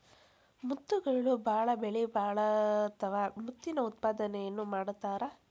ಮುತ್ತುಗಳು ಬಾಳ ಬೆಲಿಬಾಳತಾವ ಮುತ್ತಿನ ಉತ್ಪಾದನೆನು ಮಾಡತಾರ